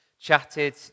chatted